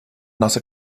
nasse